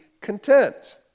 content